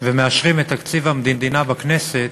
ומאשרים את תקציב המדינה בכנסת